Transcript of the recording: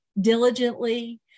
diligently